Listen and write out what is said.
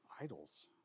Idols